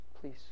please